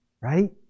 Right